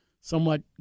somewhat